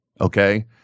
Okay